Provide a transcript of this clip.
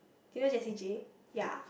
do you know Jessie-J ya